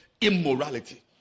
immorality